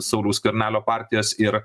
sauliaus skvernelio partijos ir